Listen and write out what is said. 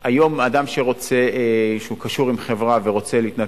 היום אדם שקשור עם חברה ורוצה להתנתק,